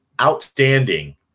outstanding